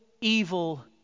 evil